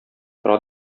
тора